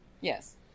Yes